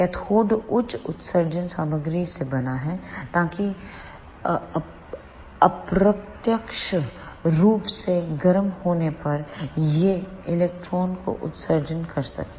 cathode उच्च उत्सर्जन सामग्री से बना है ताकि अप्रत्यक्ष रूप से गर्म होने पर यह इलेक्ट्रॉनों का उत्सर्जन कर सके